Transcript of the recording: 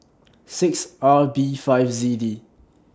six R B five Z D